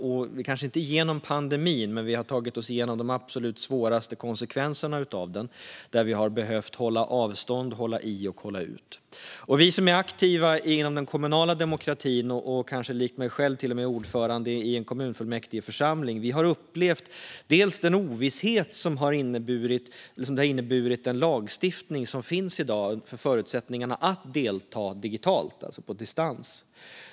Vi är kanske inte igenom pandemin, men vi har tagit oss igenom de absolut svåraste konsekvenserna av den, där vi har behövt hålla avstånd, hålla i och hålla ut. Vi som är aktiva inom den kommunala demokratin och kanske, som jag, till och med är ordförande i en kommunfullmäktigeförsamling har upplevt en ovisshet när det gäller vad den lagstiftning som finns i dag innebär för förutsättningarna att delta digitalt, alltså på distans.